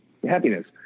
Happiness